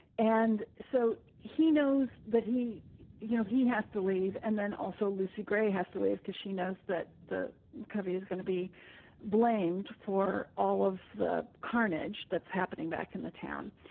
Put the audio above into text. and so he knows that he you know, he has to leave. and then also lucy gray has to leave because she knows that the cover is going to be blamed for all of the carnage that's happening back in the town.